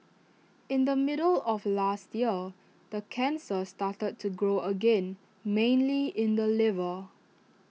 in the middle of last year the cancer started to grow again mainly in the liver